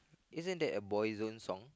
isn't that a Boy Zone song